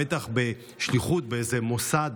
בטח בשליחות לאיזה מוסד,